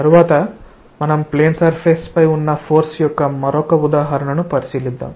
తరువాత మనం plane surface పై ఉన్న ఫోర్స్ యొక్క మరొక ఉదాహరణను పరిశీలిద్దాం